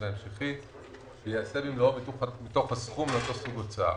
ההמשכי וייעשה במלואו מתוך הסכום לאותו סוג הוצאה,